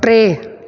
टे